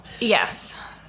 Yes